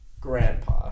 Grandpa